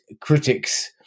critics